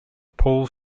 paul